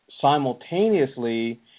simultaneously